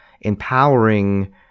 empowering